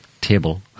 table